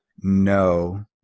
no